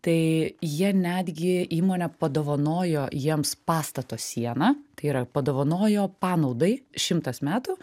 tai jie netgi įmonė padovanojo jiems pastato sieną tai yra padovanojo panaudai šimtas metų